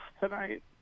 tonight